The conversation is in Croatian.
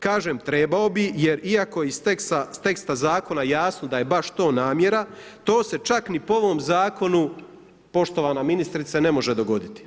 Kažem trebao bi jer iako je iz teksta zakona jasno da je baš to namjera to se čak ni po ovom zakonu poštovana ministrice ne može dogoditi.